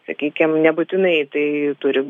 sakykim nebūtinai tai turi